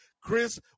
Chris